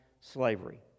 slavery